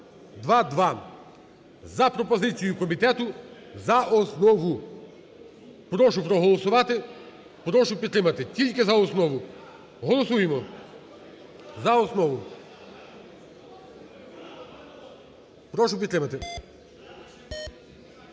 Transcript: за основу. Прошу проголосувати, прошу підтримати. Тільки за основу. Голосуємо. За основу. Прошу підтримати.